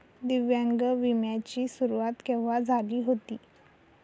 दिव्यांग विम्या ची सुरुवात केव्हा झाली होती?